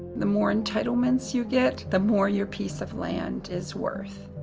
the more entitlements you get, the more your piece of land is worth.